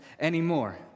anymore